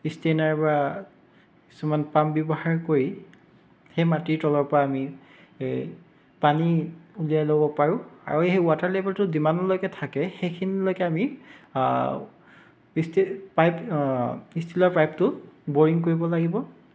strainer বা কিছুমান pump ব্যৱহাৰ কই সেই মাটিৰ তলৰ পৰা আমি এই পানী উলিয়াই ল'ব পাৰোঁ আৰু সেই ৱাটাৰ লেবেলটো যিমানলৈকে থাকে সেইখিনিলৈকে আমি ষ্টিল পাইপ ইষ্টিলৰ পাইপটো বৰিং কৰিব লাগিব